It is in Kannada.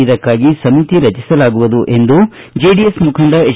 ಇದಕ್ಷಾಗಿ ಸಮಿತಿ ರಚಿಸಲಾಗುವುದು ಎಂದು ಜೆಡಿಎಸ್ ಮುಖಂಡ ಎಚ್